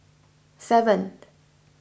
seven